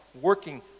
working